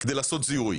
כדי לעשות זיהוי,